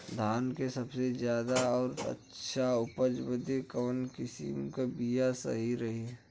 धान क सबसे ज्यादा और अच्छा उपज बदे कवन किसीम क बिया सही रही?